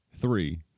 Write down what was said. Three